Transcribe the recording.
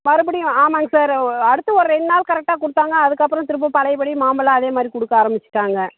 மறுபடியும் ஆமாம்ங்க சார் அடுத்து ஒரு ரெண்டு நாள் கரெக்டாக கொடுத்தாங்க அதற்கப்பறம் திரும்பவும் பழைய படி நார்மலாக அதேமாதிரி கொடுக்க ஆரம்பிச்சிவிட்டாங்க